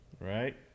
right